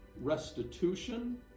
restitution